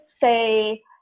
say